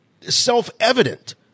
self-evident